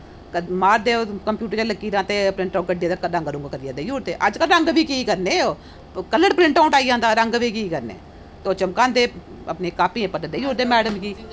मारदे कम्यूटर च लीकरां ते प्रिंट आउट कड्ढी ऐ गर्म करी देई ओड़दे अजकल रंग बी केह करने कलर प्रिंट आउट आई जंदा रंग बी केह् करने ते ओह् चमकांदे रेह् अपने काॅफी उप्पर ते देई ओड़दे मैडम गी